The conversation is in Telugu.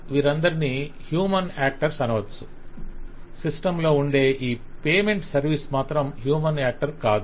వీరందరిని హ్యూమన్ యాక్టర్స్ అనవచ్చు సిస్టమ్ లో ఉండే ఈ పేమెంట్ సర్విస్ మాత్రం హ్యూమన్ యాక్టర్ కాదు